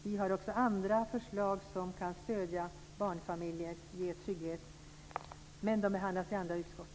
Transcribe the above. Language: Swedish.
Vi har också andra förslag som kan stödja barnfamiljer och ge trygghet, men de behandlas i andra utskott.